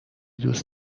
دوس